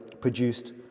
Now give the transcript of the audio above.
produced